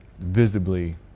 visibly